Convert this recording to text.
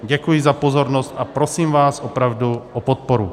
Děkuji za pozornost, a prosím vás opravdu o podporu.